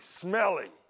Smelly